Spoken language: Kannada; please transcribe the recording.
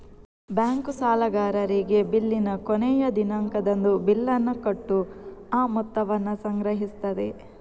ಬ್ಯಾಂಕು ಸಾಲಗಾರರಿಗೆ ಬಿಲ್ಲಿನ ಕೊನೆಯ ದಿನಾಂಕದಂದು ಬಿಲ್ಲನ್ನ ಕೊಟ್ಟು ಆ ಮೊತ್ತವನ್ನ ಸಂಗ್ರಹಿಸ್ತದೆ